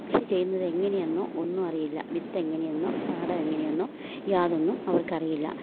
കൃഷി ചെയ്യുന്നത് എങ്ങനെയെന്നോ ഒന്നും അറിയില്ല വിത്തെങ്ങനെയെന്നോ പാടമെങ്ങനെയെന്നോ യാതൊന്നും അവർക്കറിയില്ല